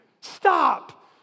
Stop